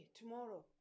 tomorrow